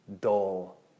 dull